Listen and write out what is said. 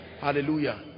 Hallelujah